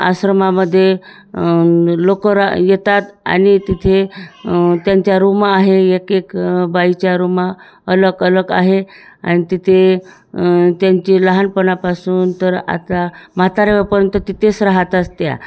आश्रमामध्ये लोक रा येतात आणि तिथे त्यांच्या रूमा आहे एक एक बाईच्या रूमा अलग अलग आहे आणि तिथे त्यांची लहानपणापासून तर आता म्हातारे होईपर्यंत तिथेच राहातात त्या